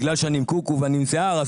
בגלל שאני עם קוקו ואני עם שיער,